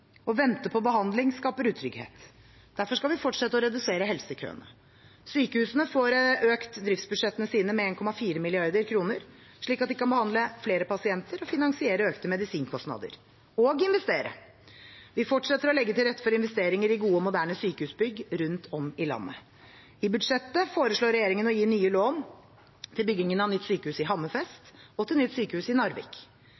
Å vente på behandling skaper utrygghet. Derfor skal vi fortsette å redusere helsekøene. Sykehusene får økt driftsbudsjettene sine med 1,4 mrd. kr, slik at de kan behandle flere pasienter og finansiere økte medisinkostnader – og investere. Vi fortsetter å legge til rette for investeringer i gode og moderne sykehusbygg rundt om i landet. I budsjettet foreslår regjeringen å gi nye lån til byggingen av nytt sykehus i